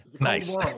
Nice